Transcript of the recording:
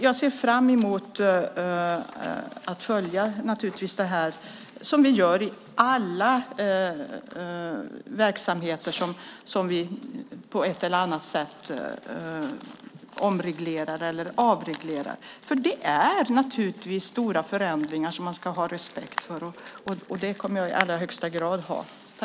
Jag ser fram emot att följa det här, vilket vi gör i alla verksamheter som vi på ett eller annat sätt omreglerar eller avreglerar, för detta är naturligtvis stora förändringar som man ska ha respekt för, och det kommer jag i allra högsta grad att ha.